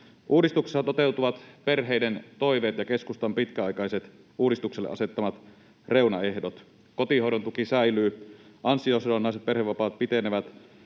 Uudistuksessa toteutuvat perheiden toiveet ja keskustan pitkäaikaiset uudistukselle asettamat reunaehdot: kotihoidontuki säilyy, ansiosidonnaiset perhevapaat pitenevät,